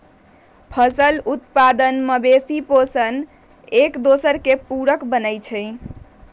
फसल उत्पादन, मवेशि पोशण, एकदोसर के पुरक बनै छइ